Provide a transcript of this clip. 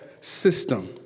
system